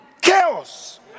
Chaos